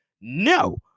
No